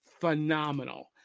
phenomenal